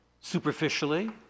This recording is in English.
superficially